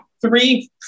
three